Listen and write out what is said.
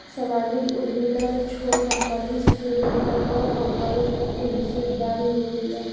सामाजिक उद्यमिता में छोट कंपनी से लेकर बड़ कंपनी तक के हिस्सादारी होखेला